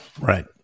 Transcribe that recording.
Right